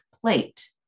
plate